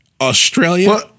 Australia